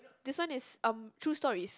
this one is um true stories